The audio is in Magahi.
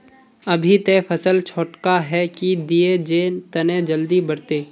अभी ते फसल छोटका है की दिये जे तने जल्दी बढ़ते?